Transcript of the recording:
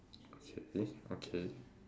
okay okay